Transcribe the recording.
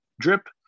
drip